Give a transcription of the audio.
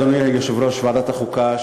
אדוני יושב-ראש ועדת החוקה,